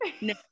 no